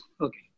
okay